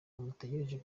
bamutegereje